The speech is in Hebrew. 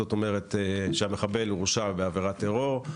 זאת אומרת המחבל הורשע בעבירת טרור,